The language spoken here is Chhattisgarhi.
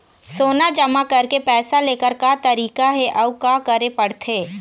सोना जमा करके पैसा लेकर का तरीका हे अउ का करे पड़थे?